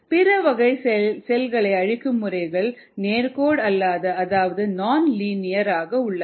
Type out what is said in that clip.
பிற வகையான செல்களை அழிக்கும் முறைகள் நேர்கோடல்லாத அதாவது நான் லீனியர் தன்மையிலும் உள்ளன